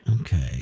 Okay